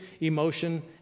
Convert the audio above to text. emotion